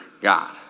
God